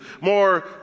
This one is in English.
more